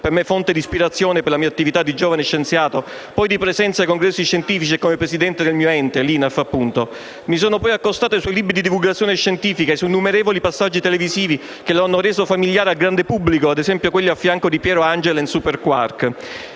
per me fonte di ispirazione per la mia attività di giovane scienziato, poi di presenza ai congressi scientifici e come presidente del mio ente, l'INAF appunto. Mi sono poi accostato ai suoi libri di divulgazione scientifica e ai suoi innumerevoli passaggi televisivi, che lo hanno reso familiare al grande pubblico, ad esempio quelli al fianco di Piero Angela in «Superquark».